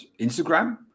Instagram